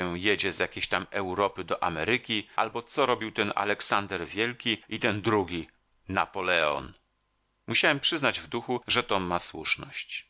jedzie z jakiejś tam europy do ameryki albo co robił ten aleksander wielki i ten drugi napoleon musiałem przyznać w duchu że tom ma słuszność